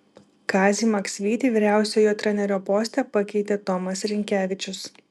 kazį maksvytį vyriausiojo trenerio poste pakeitė tomas rinkevičius